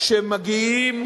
שמגיעים